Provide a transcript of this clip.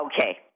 Okay